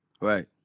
Right